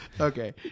Okay